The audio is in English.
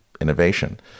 innovation